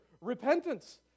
repentance